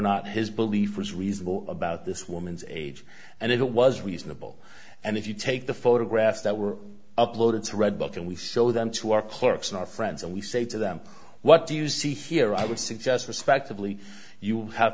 not his belief was reasonable about this woman's age and it was reasonable and if you take the photographs that were uploaded to read book and we show them to our clerks and our friends and we say to them what do you see here i would suggest respectively you have